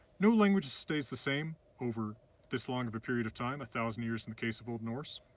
no language stays the same over this long of a period of time a thousand years in the case of old norse.